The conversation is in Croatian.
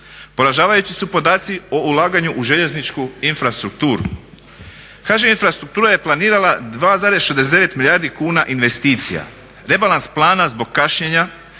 Poražavajući su podaci o ulaganju u željezničku infrastrukturu. HŽ Infrastruktura je planirala 2,69 milijardi kuna investicija, rebalans plana zbog kašnjenja